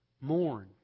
mourn